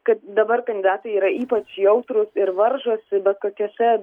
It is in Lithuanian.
kad dabar kandidatai yra ypač jautrūs ir varžosi bet kokiuose